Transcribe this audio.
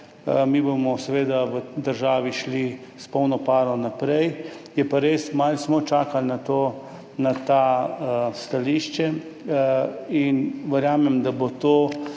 mi bomo seveda v državi šli s polno paro naprej. Je pa res, malo smo čakali na ta stališča, in verjamem, da bomo